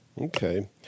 Okay